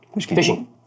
Fishing